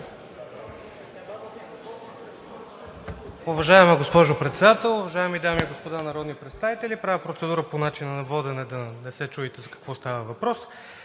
Уважаема госпожо Председател, уважаеми дами и господа народни представители, правя процедура по начина на водене, за да не се чудите за какво става въпрос.